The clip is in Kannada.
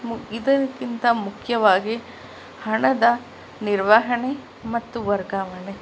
ಮು ಇದಕ್ಕಿಂತ ಮುಖ್ಯವಾಗಿ ಹಣದ ನಿರ್ವಹಣೆ ಮತ್ತು ವರ್ಗಾವಣೆ